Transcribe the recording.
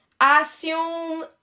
assume